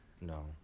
No